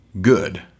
good